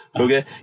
okay